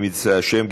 אם ירצה השם,